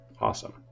Awesome